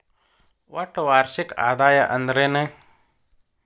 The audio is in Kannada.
ಒಟ್ಟ ವಾರ್ಷಿಕ ಆದಾಯ ಅಂದ್ರೆನ?